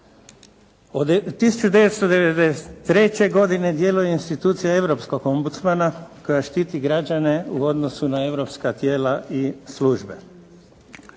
Od 1993. godine djeluje institucija europskog ombudsmana koja štiti građane u odnosu na europska tijela i službe.